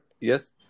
yes